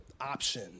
option